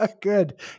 Good